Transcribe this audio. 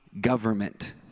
government